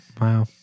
Wow